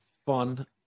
fun